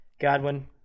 Godwin